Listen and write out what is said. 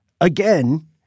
Again –